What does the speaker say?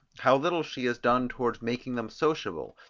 how little she has done towards making them sociable,